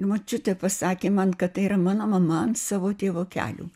močiutė pasakė man kad tai yra mano mama ant savo tėvo kelių